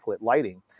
lighting